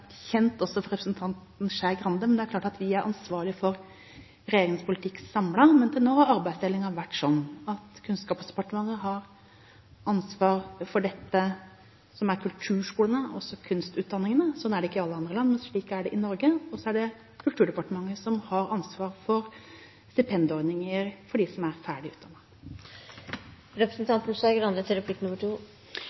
kjent også for representanten Skei Grande. Det er klart at vi er ansvarlig for regjeringens politikk samlet, men til nå har arbeidsdelingen vært sånn at Kunnskapsdepartementet har ansvar for kulturskolene, altså kunstutdanningene – sånn er det ikke i alle andre land, men slik er det i Norge – og så er det Kulturdepartementet som har ansvar for stipendordninger for dem som er ferdig